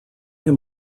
him